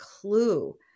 clue